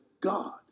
God